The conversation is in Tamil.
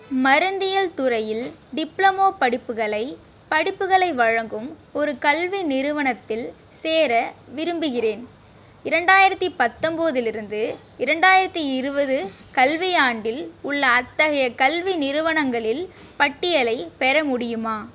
மருந்தியல் துறையில் டிப்ளமா படிப்புகளை படிப்புகளை வழங்கும் ஒரு கல்வி நிறுவனத்தில் சேர விரும்புகிறேன் இரண்டாயிரத்து பத்தொன்போதிலிருந்து இரண்டாயிரத்து இருபது கல்வியாண்டில் உள்ள அத்தகைய கல்வி நிறுவனங்களில் பட்டியலைப் பெற முடியுமா